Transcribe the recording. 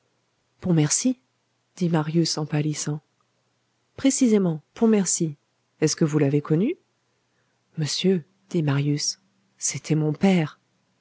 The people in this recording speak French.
pontmercy dit marius en pâlissant précisément pontmercy est-ce que vous l'avez connu monsieur dit marius c'était mon père